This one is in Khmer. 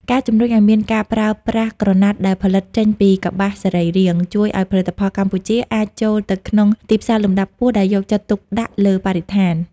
ការជំរុញឱ្យមានការប្រើប្រាស់ក្រណាត់ដែលផលិតចេញពីកប្បាសសរីរាង្គ ជួយឱ្យផលិតផលកម្ពុជាអាចចូលទៅក្នុងទីផ្សារលំដាប់ខ្ពស់ដែលយកចិត្តទុកដាក់លើបរិស្ថាន។